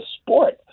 sport